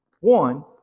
One